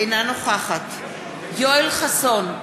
אינה נוכחת יואל חסון,